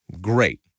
great